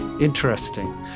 Interesting